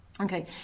Okay